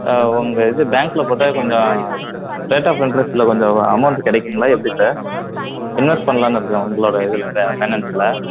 உங்கள் இது பேங்க்கில் போட்டால் கொஞ்சம் ரேட் ஆஃப் இன்ட்ரெஸ்ட்டில் கொஞ்சம் அமௌண்ட்டு கிடைக்குங்களா எப்படி சார் இன்வெஸ்ட் பண்ணலானு இருக்கேன் உங்களோட இதில் ஃபே ஃபைனான்ஸுசில்